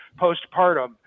postpartum